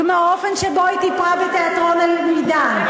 כמו האופן שבו היא דיברה בתיאטרון "אל-מידאן"